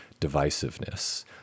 divisiveness